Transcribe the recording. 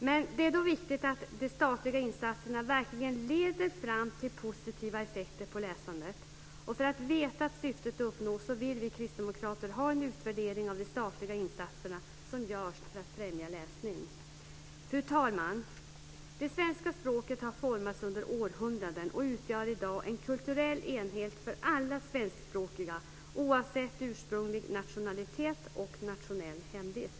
Men det är viktigt att de statliga insatserna verkligen leder fram till positiva effekter på läsandet. För att veta att syftet uppnås vill vi kristdemokrater ha en utvärdering av de statliga insatser som görs för att främja läsning. Fru talman! Det svenska språket har formats under århundraden och utgör i dag en kulturell enhet för alla svenskspråkiga oavsett ursprunglig nationalitet och nationellt hemvist.